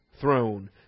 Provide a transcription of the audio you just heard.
throne